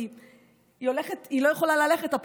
כי היא לא יכולה ללכת עם תפרים,